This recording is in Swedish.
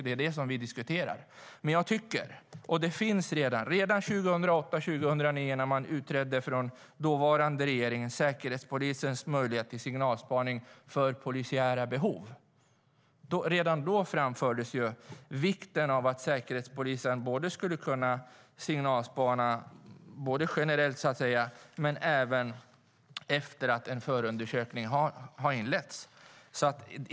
Det är detta vi diskuterar. Redan 2008 och 2009, när den dåvarande regeringen lät utreda Säkerhetspolisens möjligheter till signalspaning för polisiära behov, framfördes vikten av att Säkerhetspolisen skulle kunna signalspana både generellt och efter att förundersökning inletts.